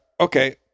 Okay